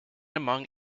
among